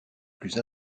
plus